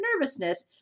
nervousness